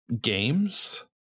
games